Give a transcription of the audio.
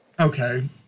Okay